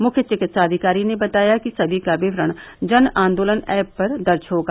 मुख्य चिकित्साधिकारी ने बताया कि सभी का विवरण जन आंदोलन एप पर दर्ज होगा